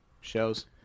Shows